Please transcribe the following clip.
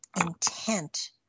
intent